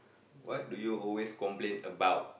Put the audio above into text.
what do you always complain about